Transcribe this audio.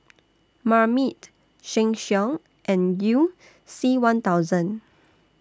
Marmite Sheng Siong and YOU C one thousand